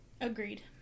Agreed